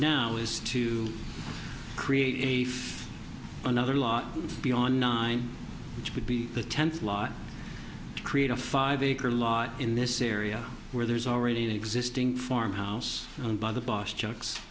now is to create a another lot beyond nine which would be the tenth lot to create a five acre lot in this area where there is already an existing farmhouse owned by the boss